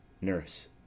Nurse